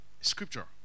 Scripture